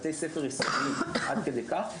בתי ספר יסודיים עד כדי כך.